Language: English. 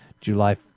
July